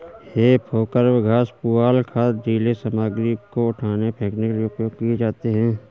हे forks घास, पुआल, खाद, ढ़ीले सामग्री को उठाने, फेंकने के लिए उपयोग किए जाते हैं